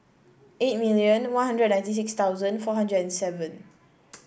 eight million One Hundred ninety six thousand four hundred and seven